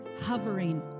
hovering